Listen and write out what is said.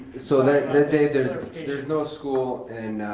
so that day there's day there's no school and